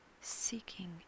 seeking